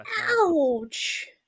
Ouch